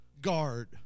Guard